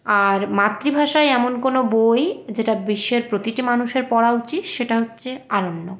আর মাতৃভাষায় এমন কোনো বই যেটা বিশ্বের প্রতিটি মানুষের পড়া উচিৎ সেটা হচ্ছে আরণ্যক